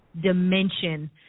dimension